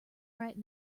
right